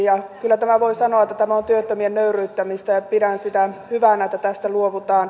ja kyllä voi sanoa että tämä on työttömien nöyryyttämistä ja pidän hyvänä sitä että tästä luovutaan